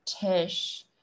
Tish